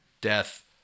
death